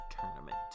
tournament